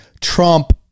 trump